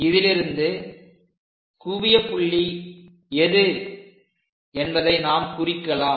இதிலிருந்து குவியப் புள்ளி எது என்பதை நாம் குறிக்கலாம்